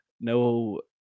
no